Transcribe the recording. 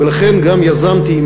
ולכן גם יזמתי,